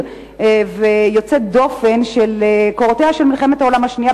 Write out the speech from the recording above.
ויוצא דופן של קורות מלחמת העולם השנייה,